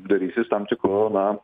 darysis tam tikru na